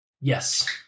Yes